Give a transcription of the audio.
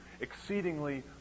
exceedingly